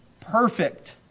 perfect